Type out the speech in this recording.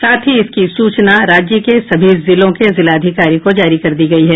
साथ ही इसकी सूचना राज्य के सभी जिलों के जिलाधिकारी को जारी कर दी गई है